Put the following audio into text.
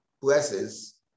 blesses